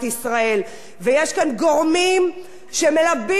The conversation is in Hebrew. ויש כאן גורמים שמלבים את היצרים,